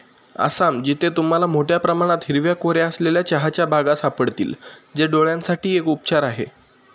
आसाम, जिथे तुम्हाला मोठया प्रमाणात हिरव्या कोऱ्या असलेल्या चहाच्या बागा सापडतील, जे डोळयांसाठी एक उपचार आहे